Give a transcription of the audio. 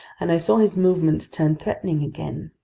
and i saw his movements turn threatening again.